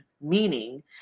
meaning